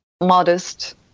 modest